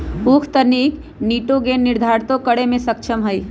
उख तनिक निटोगेन निर्धारितो करे में सक्षम हई